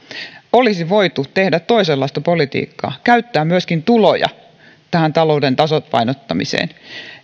olisi voitu tehdä toisenlaista politiikkaa käyttää myöskin tuloja tähän talouden tasapainottamiseen